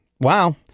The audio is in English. wow